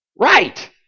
Right